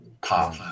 pop